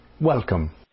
welcome